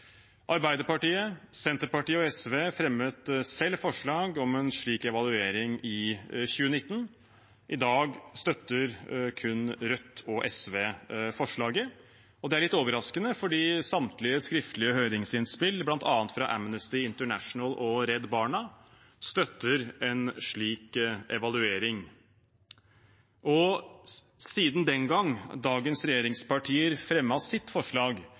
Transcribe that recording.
Arbeiderpartiet, Senterpartiet og SV fremmet selv forslag om en slik evaluering i 2019. I dag støtter kun Rødt og SV forslaget, og det er litt overraskende fordi samtlige skriftlige høringsinnspill, bl.a. fra Amnesty International og Redd Barna, støtter en slik evaluering. Siden den gang at dagens regjeringspartier fremmet sitt forslag,